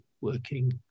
working